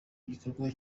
gikorwa